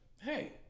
hey